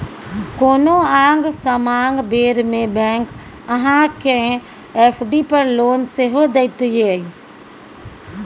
कोनो आंग समांग बेर मे बैंक अहाँ केँ एफ.डी पर लोन सेहो दैत यै